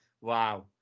Wow